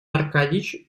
аркадьич